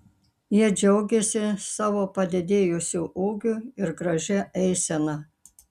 jie džiaugėsi savo padidėjusiu ūgiu ir gražia eisena